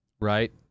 right